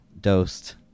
dosed